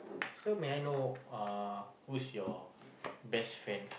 so may I know uh who's your best friend